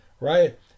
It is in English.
Right